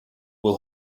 will